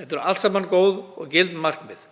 Þetta eru allt saman góð og gild markmið.